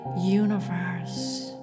universe